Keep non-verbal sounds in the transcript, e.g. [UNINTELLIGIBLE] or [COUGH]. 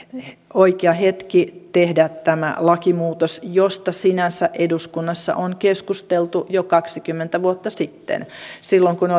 oikea hetki tehdä tämä lakimuutos josta sinänsä eduskunnassa on keskusteltu jo kaksikymmentä vuotta sitten silloin kun [UNINTELLIGIBLE]